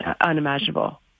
unimaginable